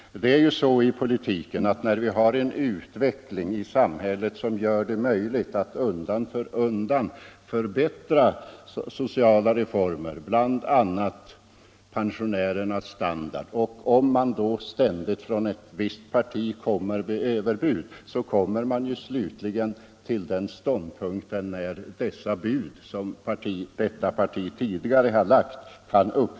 När det pågår en utveckling i samhället som gör det möjligt för oss att genom sociala reformer undan för undan förbättra bl.a. pensionärernas standard är det ju inte så märkligt om ett parti, som ständigt för fram överbud, slutligen kommer till ett läge där vi fått sådana resurser att vi kan förverkliga det som då det först framfördes var ett klart överbud.